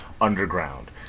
underground